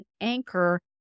anchor